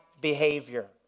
behavior